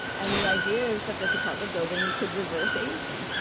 and the idea is that this apartment building could reverse aging.